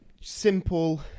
Simple